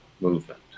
movement